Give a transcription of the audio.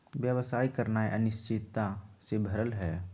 व्यवसाय करनाइ अनिश्चितता से भरल हइ